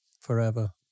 forever